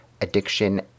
addiction